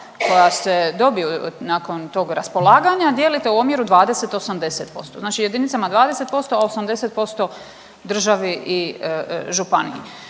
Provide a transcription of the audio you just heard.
koja se dobiju nakon tog raspolaganja dijelite u omjeru 20 80%. Znači jedinicama 20%, a 80% državi i županiji.